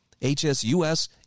HSUS